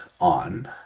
on